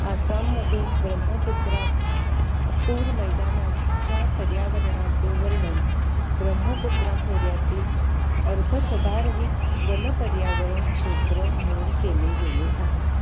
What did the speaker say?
आसाममधील ब्रह्मपुत्रा पूर मैदानाच्या पर्यावरणाचे वर्णन ब्रह्मपुत्रा खोऱ्यातील अर्धसदारहित वन पर्यावरण क्षेत्र म्हणून केले गेले आहे